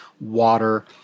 water